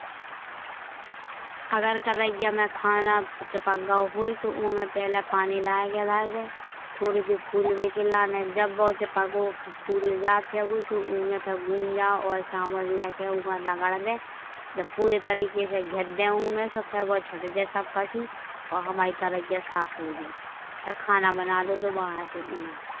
अगर करहाँया मा खाना चिपक गाओ होए। सो उमे पहिले पानी डाल के धार दे थोड़ी देर फूलवे के लाने। जब वो चिपको फूल जात हैगो। सो उमे से गूँजा और साबुन लाइके उका रगड़ दे। जब पूरे तरीके से घिस दईउ उमे सो फिर वो छुटजे सब कछु। और हमारी करहाँयाँ साफ हो जाए। फिर खाना बना लेओ दोबारा से उमे।